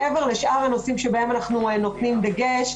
מעבר לשאר הנושאים שבהם אנחנו נותנים דגש.